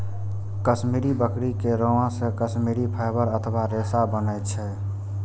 कश्मीरी बकरी के रोआं से कश्मीरी फाइबर अथवा रेशा बनै छै